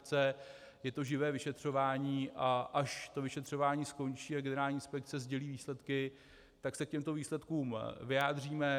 Je to živé vyšetřování, a až to vyšetřování skončí a generální inspekce sdělí výsledky, tak se k těmto výsledkům vyjádříme.